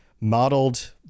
modeled